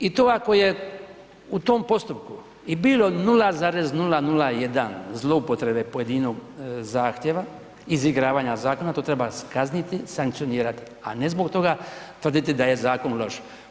I to ako je u tom postupku i bilo 0,001 zloupotrebe pojedinog zahtjeva, izigravanja zakona to treba kazniti i sankcionirati, a ne zbog toga tvrditi da je zakon loš.